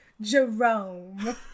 Jerome